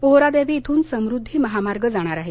पोहरादेवी इथून समुद्धी महामार्ग जाणार आहे